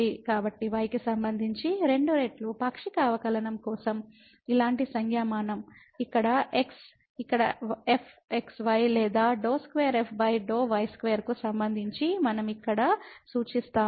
కాబట్టి y కి సంబంధించి రెండు రెట్లు పాక్షిక అవకలనం కోసం ఇలాంటి సంజ్ఞామానం ఇక్కడ x ఇక్కడ fxy లేదా ∂2f∂y2కు సంబంధించి మనం ఇక్కడ సూచిస్తాము